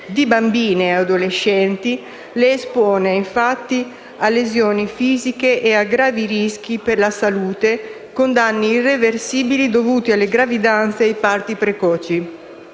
di bambine e adolescenti le espone infatti a lesioni fisiche e a gravi rischi per la salute, con danni irreversibili dovuti alle gravidanze e ai parti precoci